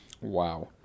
wow